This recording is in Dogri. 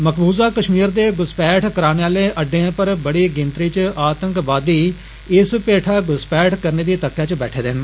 मकबूजा कष्मीर दे घुसपैठ कराने आले अड्डे पर बड़ी गिनतरी च आतंकवादी इस पेठा घुसपैठ करने दी तक्कै च बैठे दे न